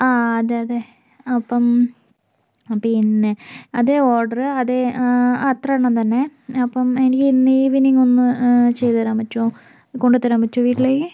ആ അതെ അതെ അപ്പം പിന്നെ അതെ ഓർഡർ അതെ അത്രെണ്ണം തന്നെ അപ്പം എനി ഇന്ന് ഈവനിംഗ് ഒന്ന് ചെയ്തേരാൻ പറ്റുമൊ കൊണ്ടത്തരാൻ പറ്റുമൊ വീട്ടിലേക്ക്